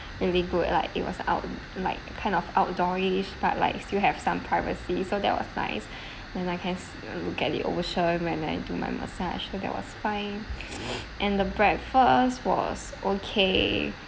out like kind of outdoor-ish but like still have some privacy so that was nice and I can look at the ocean when I do my massage so that was fine and the breakfast was okay